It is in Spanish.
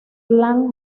glam